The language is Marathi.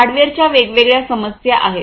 हार्डवेअरच्या वेगवेगळ्या समस्या आहेत